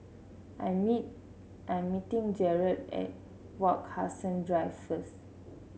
I'm I'm meeting Jerad at Wak Hassan Drive first